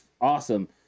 awesome